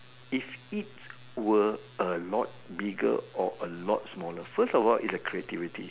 if it were a lot bigger or a lot smaller first of all its a creativity